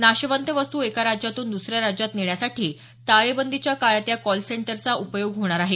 नाशवंत वस्तू एका राज्यातून दुसऱ्या राज्यात नेण्यासाठी टाळेबंदीच्या काळात या कॉल सेंटरचा उपयोग होणार आहे